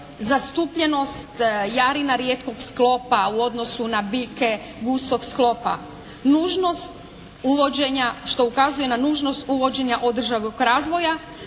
razumije./ … rijetkog sklopa u odnosu na biljke gustog sklopa, nužnost uvođenja, što ukazuje na nužnost uvođenja održivog razvoja